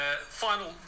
final